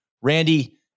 Randy